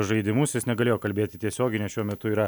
žaidimus jis negalėjo kalbėti tiesiogiai nes šiuo metu yra